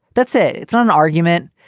that's it. it's not an argument.